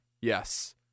Yes